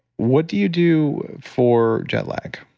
what do you do for jet lag?